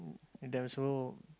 and there also